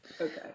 Okay